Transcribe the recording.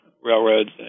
railroads